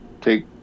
take